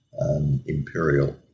imperial